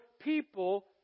people